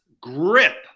grip